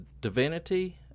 divinity